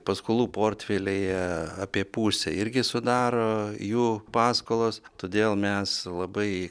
paskolų portfelyje apie pusę irgi sudaro jų paskolos todėl mes labai